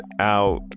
out